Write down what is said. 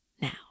now